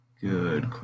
good